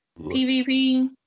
PvP